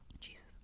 jesus